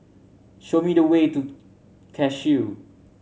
show me the way to Cashew